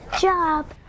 job